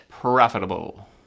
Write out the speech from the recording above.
Profitable